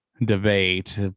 debate